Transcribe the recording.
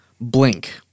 blink